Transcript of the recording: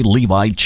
Levi